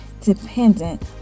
dependent